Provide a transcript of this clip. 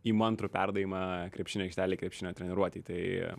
įmantrų perdavimą krepšinio aikštelėj krepšinio treniruotėj tai